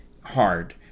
hard